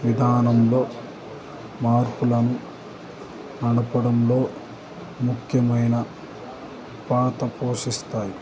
విధానంలో మార్పులను నడపడంలో ముఖ్యమైన పాత్ర పోషిస్తాయి